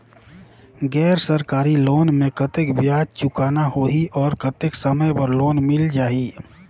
गैर सरकारी लोन मे कतेक ब्याज चुकाना होही और कतेक समय बर लोन मिल जाहि?